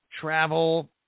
travel